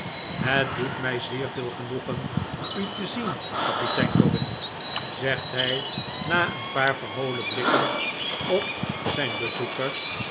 het doet mij zeer veel genoegen u te zien kapitein dobbin zegt hij na een paar verholen blikken op zijn bezoeker